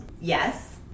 yes